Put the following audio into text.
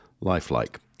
lifelike